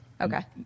Okay